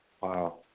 Wow